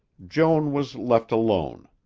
joan was left alone.